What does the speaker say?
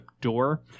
door